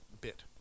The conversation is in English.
bit